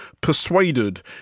persuaded